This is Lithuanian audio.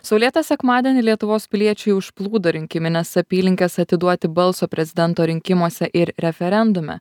saulėtą sekmadienį lietuvos piliečiai užplūdo rinkimines apylinkes atiduoti balso prezidento rinkimuose ir referendume